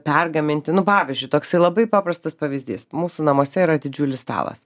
pergaminti nu pavyzdžiui toksai labai paprastas pavyzdys mūsų namuose yra didžiulis stalas